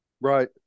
Right